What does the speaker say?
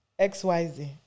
XYZ